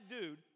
dude